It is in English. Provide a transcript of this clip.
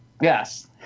Yes